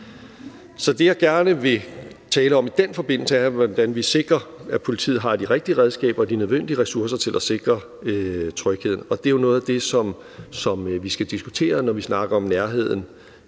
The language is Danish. Det, jeg gerne vil tale om i den forbindelse, er, hvordan vi sikrer, at politiet har de rigtige redskaber og de nødvendige ressourcer til at sikre trygheden, og det er jo noget af det, som vi skal diskutere, når vi snakker om nærheden